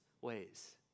ways